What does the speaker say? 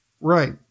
Right